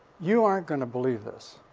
you aren't going to believe this.